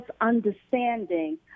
Understanding